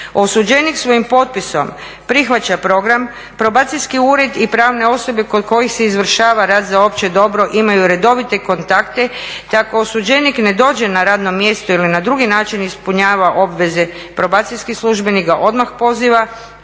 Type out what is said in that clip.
Osuđenik svojim potpisom prihvaća program. Probacijski ured i pravne osobe kod kojih se izvršava rad za opće dobro imaju redovite kontakte da ako osuđenik ne dođe na radno mjesto ili na drugi način ispunjava obveze probacijski službenik ga odmah poziva,